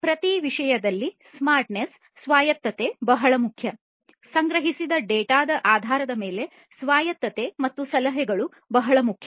ಪ್ರತಿ ವಿಷಯದಲ್ಲೂ ಸ್ಮಾರ್ಟ್ನೆಸ್ ಸ್ವಾಯತ್ತತೆ ಬಹಳ ಮುಖ್ಯ ಸಂಗ್ರಹಿಸಿದ ಡೇಟಾದ ಆಧಾರದ ಮೇಲೆ ಸ್ವಾಯತ್ತತೆ ಮತ್ತು ಸಲಹೆಗಳು ಬಹಳ ಮುಖ್ಯ